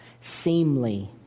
seemly